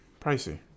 pricey